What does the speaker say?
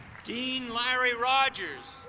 dean larry rodgers,